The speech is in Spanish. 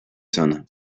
zona